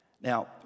Now